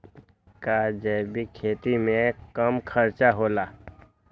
का जैविक खेती में कम खर्च होला?